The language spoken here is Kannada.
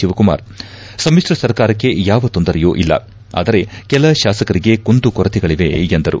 ಶಿವಕುಮಾರ್ ಸಮಿತ್ರ ಸರ್ಕಾರಕ್ಕೆ ಯಾವ ತೊಂದರೆಯೂ ಇಲ್ಲ ಆದರೆ ಕೆಲ ಶಾಸಕರಿಗೆ ಕುಂದು ಕೊರತೆಗಳವೆ ಎಂದರು